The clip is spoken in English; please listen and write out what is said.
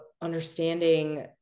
understanding